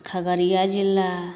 खगड़िया जिला